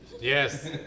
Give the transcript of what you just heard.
Yes